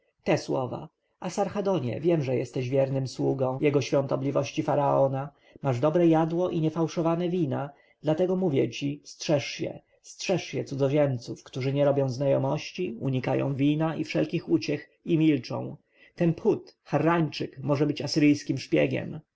te słowa asarhadonie wiem że jesteś wiernym sługą jego świątobliwości faraona masz dobre jadło i niefałszowane wina dlatego mówię ci strzeż się strzeż się cudzoziemców którzy nie robią znajomości unikają wina i wszelkich uciech i milczą ten phut harrańczyk może być asyryjskim szpiegiem